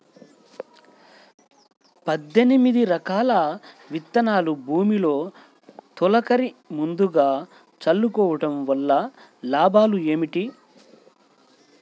పద్దెనిమిది రకాల విత్తనాలు భూమిలో తొలకరి ముందుగా చల్లుకోవటం వలన లాభాలు ఏమిటి?